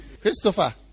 Christopher